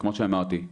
כמו שאמרתי,